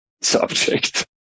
subject